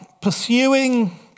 pursuing